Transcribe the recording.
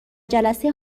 جلسه